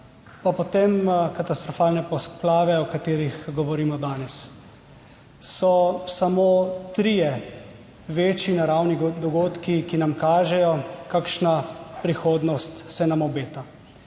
potem katastrofalne poplave, o katerih govorimo danes, so samo trije večji naravni dogodki, ki nam kažejo, kakšna prihodnost se nam obeta.